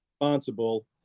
responsible